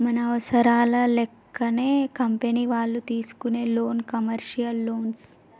మన అవసరాల లెక్కనే కంపెనీ వాళ్ళు తీసుకునే లోను కమర్షియల్ లోన్లు